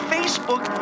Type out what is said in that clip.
Facebook